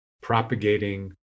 propagating